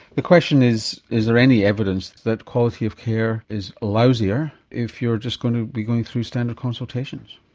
the question is, is there any evidence that quality of care is lousier if you're just going to be going through standard consultations?